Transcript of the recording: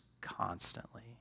constantly